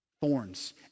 Thorns